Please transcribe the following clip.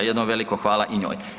Jedno veliko hvala i njoj.